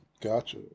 Gotcha